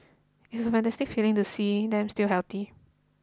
it's a fantastic feeling to see them still healthy